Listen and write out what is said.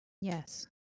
Yes